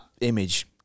image